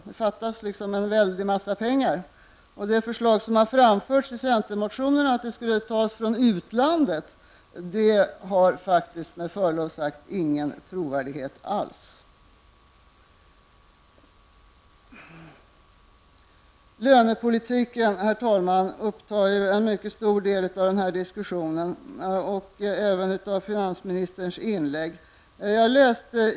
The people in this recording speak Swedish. Det fattas en väldig massa pengar, och det förslag som har framförts i centermotionen, att det skall tas från utlandet, har med förlov sagt ingen trovärdighet alls. Lönepolitiken upptar en mycket stor del av den här debatten och även av finansministerns inlägg.